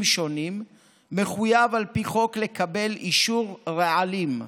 שונים מחויב על פי חוק לקבל אישור רעלים,